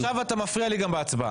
זאב, אתה מפריע לי גם בהצבעה.